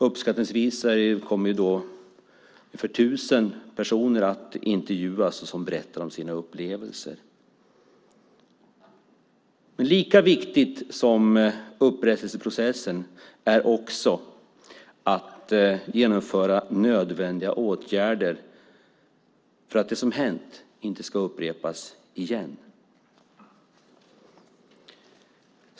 Uppskattningsvis 1 000 personer kommer att intervjuas om sina upplevelser. Men lika viktigt som det är med upprättelseprocessen är det att vidta nödvändiga åtgärder för att det som har hänt inte ska upprepas.